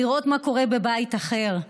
מה קורה בבית אחר.